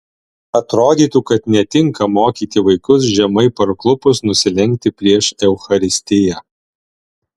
atrodytų kad netinka mokyti vaikus žemai parklupus nusilenkti prieš eucharistiją